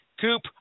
Coop